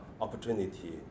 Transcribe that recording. opportunity